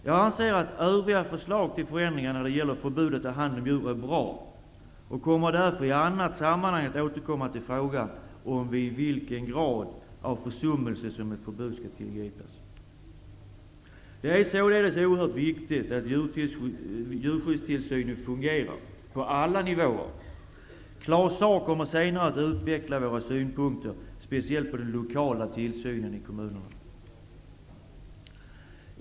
Jag anser att övriga förslag till förändringar när det gäller förbudet att ha hand om djur är bra och kommer därför att i annat sammanhang att återkomma till frågan om vid vilken grad av försummelse som ett förbud skall tillgripas. Det är således oerhört viktigt att djurskyddstillsynen fungerar på alla nivåer. Claus Zaar kommer senare att utveckla våra synpunkter, speciellt när det gäller den lokala tillsynen i kommunerna.